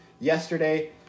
yesterday